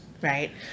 right